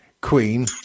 Queen